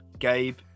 gabe